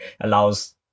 allows